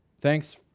thanks